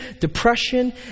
depression